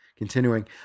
Continuing